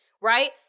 right